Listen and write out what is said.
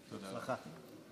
בהצלחה.